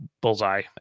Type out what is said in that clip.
bullseye